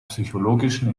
psychologischen